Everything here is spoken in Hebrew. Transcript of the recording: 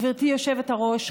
גברתי היושבת-ראש,